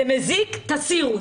זה מזיק תסירו.